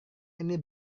ini